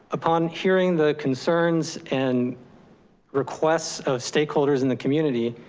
upon hearing the concerns and requests of stakeholders in the community,